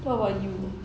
what about you